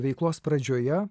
veiklos pradžioje